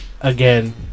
again